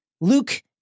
Luke